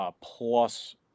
plus